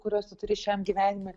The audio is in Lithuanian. kuriuos tu turi šiam gyvenime